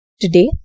Today